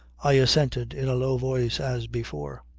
i assented in a low voice as before.